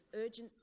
urgency